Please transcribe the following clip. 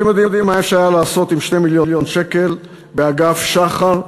אתם יודעים מה אפשר היה לעשות עם 2 מיליון שקל באגף שח"ר?